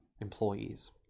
employees